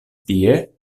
tie